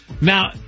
Now